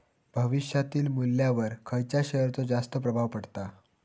भविष्यातील मुल्ल्यावर खयच्या शेयरचो जास्त प्रभाव पडता?